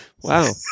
Wow